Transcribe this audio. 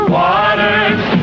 waters